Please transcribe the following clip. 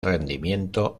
rendimiento